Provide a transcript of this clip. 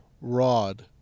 Rod